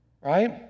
Right